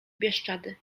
bieszczady